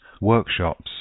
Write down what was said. workshops